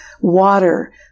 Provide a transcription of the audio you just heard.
water